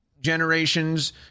generations